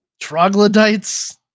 troglodytes